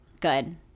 Good